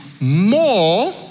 more